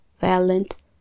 violent